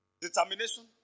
Determination